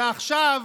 ועכשיו